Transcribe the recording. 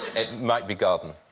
it might be garden.